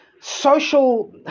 social